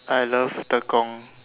I love Tekong